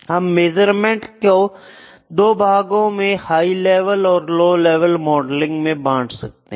हम मेज़रमेंट को दो भागों हाई लेवल व लो लेवल मॉडलिंग में बांट सकते हैं